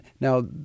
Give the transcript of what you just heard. Now